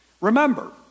remember